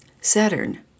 Saturn